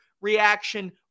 reaction